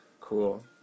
cool